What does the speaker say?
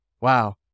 Wow